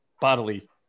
bodily